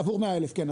עבור 100,000, כן.